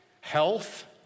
health